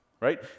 right